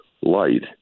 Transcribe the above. light